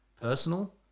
personal